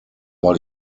war